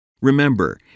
Remember